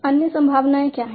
अन्य संभावनाएं क्या हैं